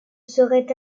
serait